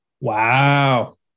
Wow